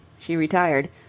she retired,